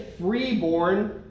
freeborn